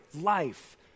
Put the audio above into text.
life